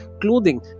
clothing